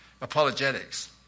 apologetics